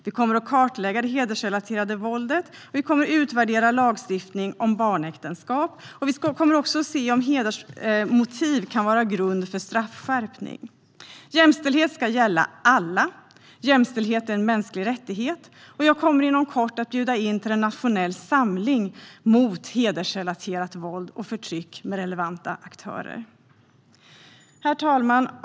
Vi kommer att kartlägga det hedersrelaterade våldet, och vi kommer att utvärdera lagstiftningen om barnäktenskap. Vi kommer också att titta på om hedersmotiv kan vara grund för straffskärpning. Jämställdhet ska gälla alla . Jämställdhet är en mänsklig rättighet. Jag kommer inom kort att bjuda in till en nationell samling mot hedersrelaterat våld och förtryck med relevanta aktörer. Herr talman!